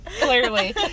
clearly